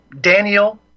Daniel